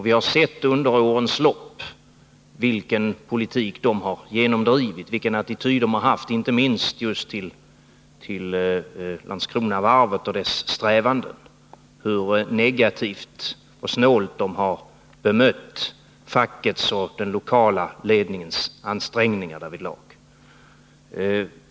Vi har under årens lopp sett vilken politik den har genomdrivit, vilken attityd den har haft, inte minst just till Landskronavarvets strävanden, och hur negativt och snålt den har bemött fackets och den lokala ledningens ansträngningar därvidlag.